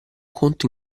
conto